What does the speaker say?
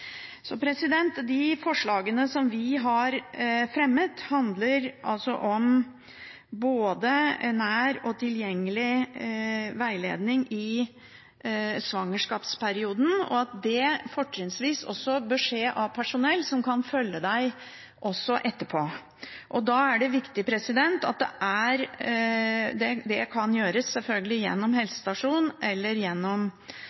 De forslagene som vi har fremmet, handler om både nær og tilgjengelig veiledning i svangerskapsperioden, fortrinnsvis fra personell som kan følge deg også etterpå. Det kan selvfølgelig gjøres gjennom helsestasjonen eller gjennom fastlegeordningen og i samarbeid med jordmortjenesten. At det er